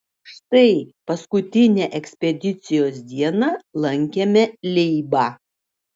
štai paskutinę ekspedicijos dieną lankėme leibą